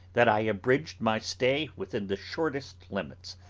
that i abridged my stay within the shortest limits,